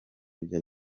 bya